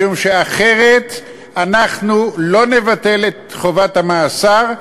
משום שאחרת אנחנו לא נבטל את חובת המאסר,